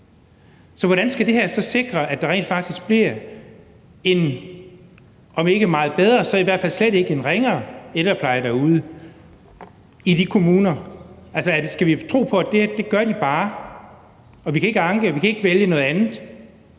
Så hvordan skal det her sikre, at der rent faktisk bliver en om ikke meget bedre så i hvert fald slet ikke en ringere ældrepleje derude i de kommuner? Altså, skal vi tro på, at det gør de bare? Vi kan ikke anke, og vi kan ikke vælge noget andet.